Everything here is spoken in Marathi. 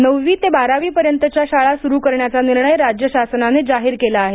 नववी ते बारावीपर्यंतच्या शाळा सुरू करण्याचा निर्णय राज्य शासनाने जाहीर केला आहे